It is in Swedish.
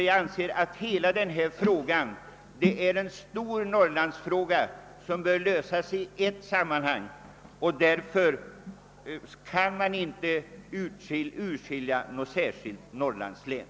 Jag anser att hela denna fråga är en stor norrlandsfråga som bör lösas i ett sammanhang, och därför kan man inte utskilja något särskilt norrlandslän.